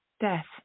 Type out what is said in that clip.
Death